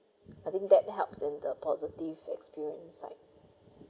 I think that helps in the positive experience side